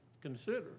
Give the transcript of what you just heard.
consider